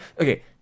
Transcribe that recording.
okay